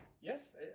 Yes